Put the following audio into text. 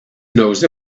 knows